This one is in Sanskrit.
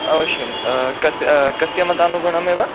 अवश्यं कस्य कस्य मतानुगुणमेव